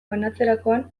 banatzerakoan